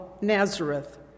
Nazareth